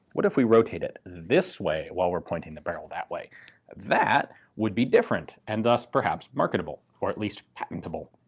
what if we rotate it this way while we're pointing the barrel that way. and that would be different and thus perhaps marketable, or at least patentable.